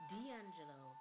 D'Angelo